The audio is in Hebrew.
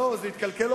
לא זה התקלקל.